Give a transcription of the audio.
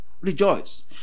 Rejoice